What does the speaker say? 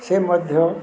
ସେ ମଧ୍ୟ